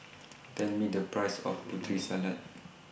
Tell Me The Price of Putri Salad